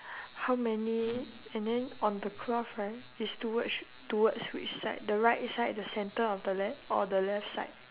how many and then on the cloth right is towards towards which side the right side the center of the left or the left side